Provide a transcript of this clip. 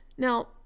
Now